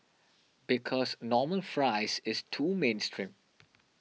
because normal fries is too mainstream